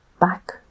back